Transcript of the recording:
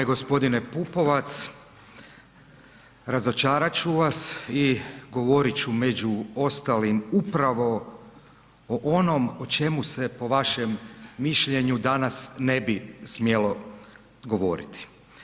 G. Pupovac, razočarat ću vas i govorit ću među ostalim upravo o onom o čemu se po vašem mišljenju danas ne bi smjelo govoriti.